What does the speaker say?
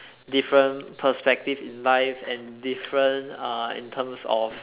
different perspective in life and different uh in terms of